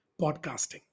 podcasting